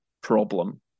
problem